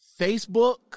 Facebook